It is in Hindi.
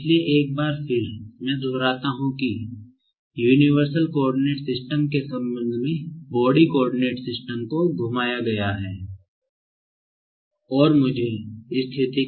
इसलिए एक बार फिर मैं दोहराता हूं कि यूनिवर्सल कोआर्डिनेट सिस्टम के संबंध में स्थिति